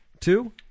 two